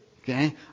Okay